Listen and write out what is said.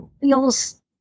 feels